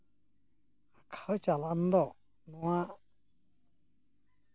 ᱟᱸᱠᱷᱟᱣ ᱪᱟᱞᱟᱱ ᱫᱚ ᱱᱚᱣᱟ